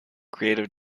creative